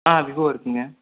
ஆ Vivo இருக்குதுங்க